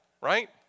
right